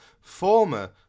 former